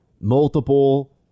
multiple